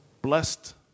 Blessed